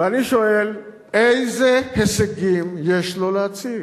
ואני שואל: איזה הישגים יש לו להציג?